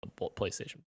PlayStation